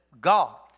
God